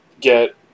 get